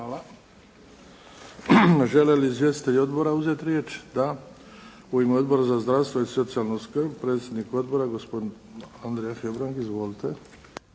Hvala. Žele li izvjestitelji odbora uzeti riječ? Da. U ime Odbora za zdravstvo i socijalnu skrb, predsjednik odbora gospodin Andrija Hebrang. Izvolite.